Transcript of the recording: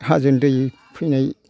हाजोनि दै फैनाय